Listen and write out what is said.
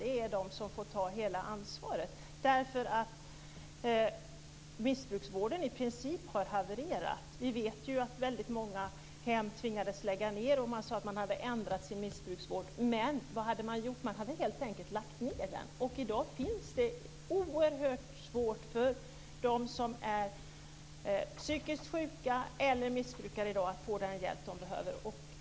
Det är kyrkorna som får ta hela ansvaret. Missbruksvården har i princip havererat. Vi vet att väldigt många behandlingshem tvingades lägga ned. Man hade förändrat missbruksvården, sade man. Men vad hade man gjort? Jo, man hade helt enkelt lagt ned den! I dag är det oerhört svårt för psykiskt sjuka och missbrukare att få den hjälp de behöver.